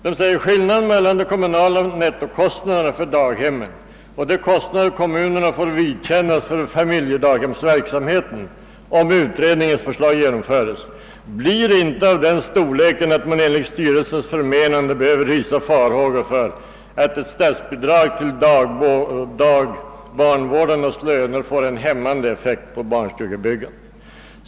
Det heter där: »Skillnaden mellan de kommunala nettokostnaderna för daghemmen och de kostnader kommunerna får vidkännas för familjedaghemsverksamheten om utredningens förslag genomföres blir inte av den storleken att man enligt styrelsens förmenande behöver hysa farhågor för att ett statsbidrag till dagbarnvårdarnas löner får en hämmande effekt på barnstugebyggandet.